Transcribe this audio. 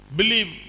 Believe